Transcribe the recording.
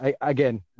again